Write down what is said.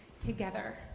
together